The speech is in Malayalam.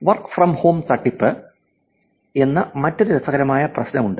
വർക്ക് ഫ്രം ഹോം തട്ടിപ്പു എന്ന മറ്റൊരു രസകരമായ പ്രശ്നം ഉണ്ട്